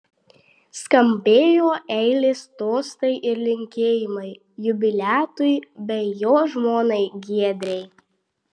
skambėjo eilės tostai ir linkėjimai jubiliatui bei jo žmonai giedrei